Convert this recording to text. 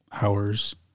hours